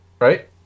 right